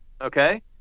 okay